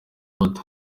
bato